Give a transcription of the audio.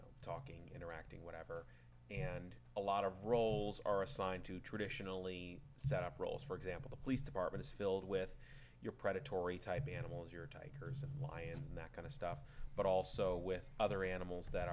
they're talking interacting whatever and a lot of roles are assigned to traditionally set up roles for example the police department is filled with your predatory type animals your type person y and that kind of stuff but also with other animals that